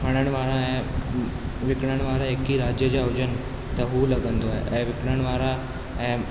पढ़ण वारा ऐं विकिणण वारा हिकु ई राज्य जा हुजनि त हू लॻंदो आहे ऐं विकिणण वारा ऐं